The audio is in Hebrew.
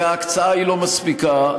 וההקצאה לא מספיקה,